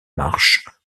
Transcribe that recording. marches